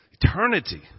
Eternity